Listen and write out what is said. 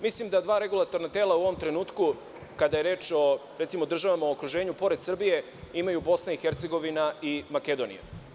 Mislim da dva regulatorna tela u ovom trenutku, kada je reč o, recimo, državama u okruženju, pored Srbije, imaju Bosna i Hercegovina i Makedonija.